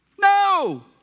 No